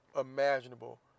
imaginable